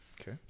Okay